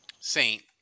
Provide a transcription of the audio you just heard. saint